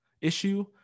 issue